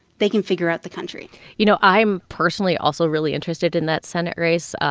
they can figure out the country you know, i'm personally also really interested in that senate race.